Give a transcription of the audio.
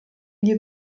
gli